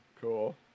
Cool